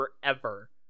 forever